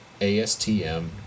ASTM